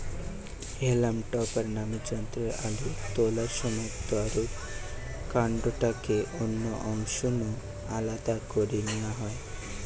হেলাম topper নামের যন্ত্রে আলু তোলার সময় তারুর কান্ডটাকে অন্য অংশ নু আলদা করি নিয়া হয়